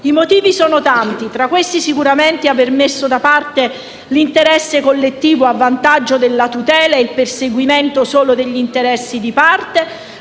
I motivi sono tanti e tra questi vi sono sicuramente l'aver messo da parte l'interesse collettivo a vantaggio della tutela e del perseguimento solo degli interessi di parte;